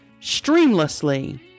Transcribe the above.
streamlessly